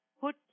put